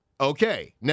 Okay